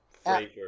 Frazier